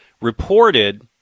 reported